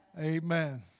Amen